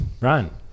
ryan